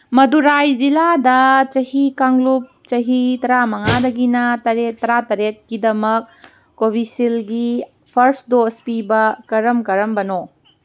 ꯃꯗꯨꯔꯥꯏ ꯖꯤꯜꯂꯥꯗ ꯆꯍꯤ ꯀꯥꯡꯂꯨꯞ ꯆꯍꯤ ꯇꯔꯥꯃꯉꯥꯗꯒꯤꯅ ꯇꯔꯥꯇꯔꯦꯠꯀꯤꯗꯃꯛ ꯀꯣꯕꯤꯁꯤꯜꯒꯤ ꯐꯔꯁ ꯗꯣꯁ ꯄꯤꯕ ꯀꯔꯝ ꯀꯔꯝꯕꯅꯣ